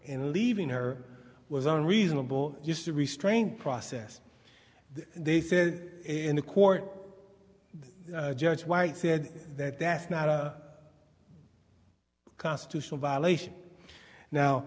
and leaving her was on reasonable just a restraint process they said in the court judge white said that that's not constitutional violation now